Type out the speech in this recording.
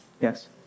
yes